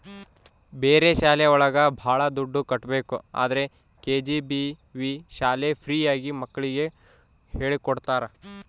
ಬೇರೆ ಶಾಲೆ ಒಳಗ ಭಾಳ ದುಡ್ಡು ಕಟ್ಬೇಕು ಆದ್ರೆ ಕೆ.ಜಿ.ಬಿ.ವಿ ಶಾಲೆ ಫ್ರೀ ಆಗಿ ಮಕ್ಳಿಗೆ ಹೇಳ್ಕೊಡ್ತರ